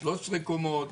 13 קומות.